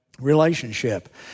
relationship